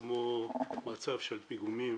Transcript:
כמו מצב של פיגומים